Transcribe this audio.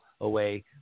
away